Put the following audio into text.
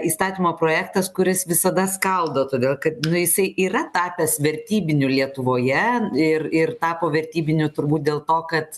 įstatymo projektas kuris visada skaldo todėl kad nu jisai yra tapęs vertybiniu lietuvoje ir ir tapo vertybiniu turbūt dėl to kad